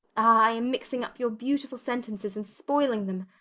i am mixing up your beautiful sentences and spoiling them,